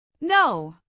No